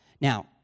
Now